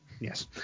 Yes